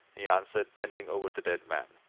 he answered, bending over the dead man.